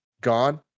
Gone